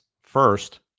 First